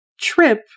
trip